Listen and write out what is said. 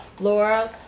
Laura